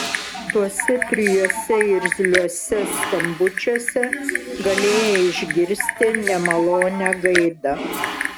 tuose trijuose irzliuose skambučiuose galėjai išgirsti nemalonią gaidą